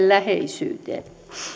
läheisyyteen